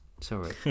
Sorry